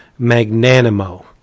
Magnanimo